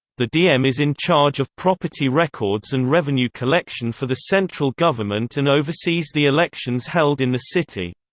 the dm is in charge of property records and revenue collection for the central government and oversees the elections held in the city.